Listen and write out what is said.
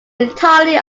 entirely